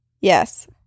Yes